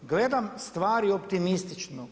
Gledam stvari optimistično.